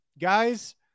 guys